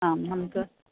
ആ നമുക്ക്